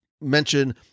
mention